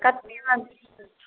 कतेक निमन छै तु